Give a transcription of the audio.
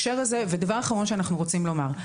דבר אחרון שאנחנו רוצים לומר.